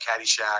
Caddyshack